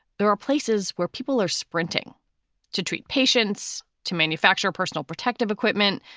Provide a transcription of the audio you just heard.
there are places where people are sprinting to treat patients, to manufacture personal protective equipment,